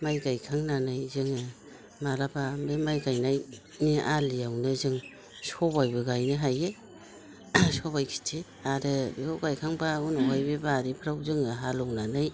माइ गायखांनानै जोङो मालाबा बे माइ गायनायनि आलिआवनो जों सबाइबो गायनो हायो सबाइ खेथि आरो बेखौ गायखांबा उनावहाय बे बारिफ्राव जोङो हालौनानै